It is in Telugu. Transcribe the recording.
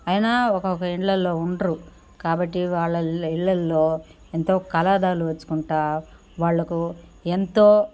అయినా ఒకొక్క ఇండల్లో ఉండరు కాబట్టి వాళ్ళ ఇల్లల్లో ఎంతో కళాదాలు తెచ్చుకుంటా వాళ్లకు ఎంతో